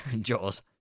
Jaws